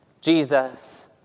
Jesus